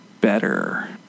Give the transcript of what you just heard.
better